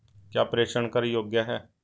क्या प्रेषण कर योग्य हैं?